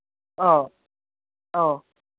ꯑꯧ ꯑꯧ